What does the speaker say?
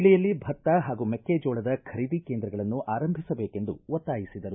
ಜಿಲ್ಲೆಯಲ್ಲಿ ಭತ್ತ ಹಾಗೂ ಮೆಕ್ಕೆಜೋಳದ ಖರೀದಿ ಕೇಂದ್ರಗಳನ್ನು ಆರಂಭಿಸಬೇಕೆಂದು ಒತ್ತಾಯಿಸಿದರು